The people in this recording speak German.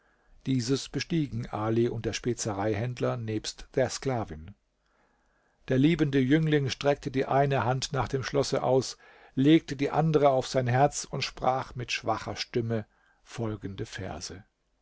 dieses bestiegen ali und der spezereihändler nebst der sklavin der liebende jüngling streckte die eine hand nach dem schlosse aus legte die andere auf sein herz und sprach mit schwacher stimme folgende verse